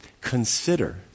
consider